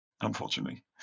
unfortunately